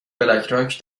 بلکراک